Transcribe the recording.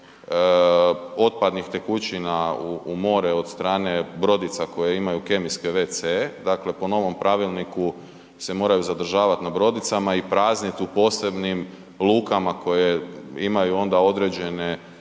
otpadnih tekućina u more od strane brodica koje imaju kemijske wc-e, dakle po novom pravilniku se moraju zadržavati na brodicama i prazniti u posebnim lukama koje imaju onda određene